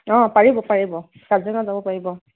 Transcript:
অ পাৰিব পাৰিব কাজিৰঙা যাব পাৰিব